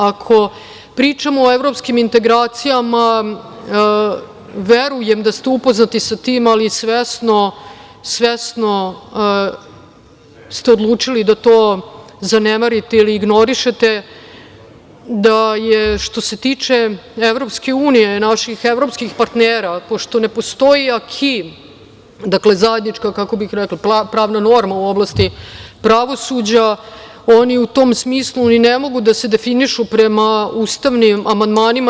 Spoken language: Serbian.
Ako pričamo o evropskim integracijama, verujem da ste upoznati sa tim, ali svesno ste odlučili da to zanemarite ili ignorišete, da je, što se tiče EU, naših evropskih partnera, pošto ne postoji AKI, dakle, zajednička pravna norma u oblasti pravosuđa, oni u tom smislu ni ne mogu da se definišu prema ustavnim amandmanima.